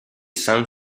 san